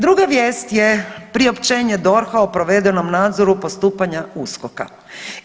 Druga vijest je priopćenje DORH-a o provedenom nadzoru postupanja USKOK-a.